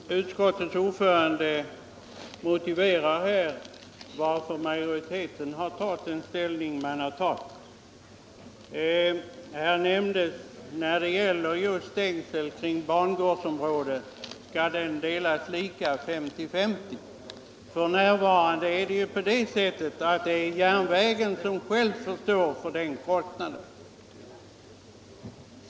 Herr talman! Utskottets ordförande motiverar utskottsmajoritetens ställningstagande och nämner att kostnaden för stängsel kring bangårdsområden skall delas 50-50. F. n. får järnvägen själv stå för den kostnaden.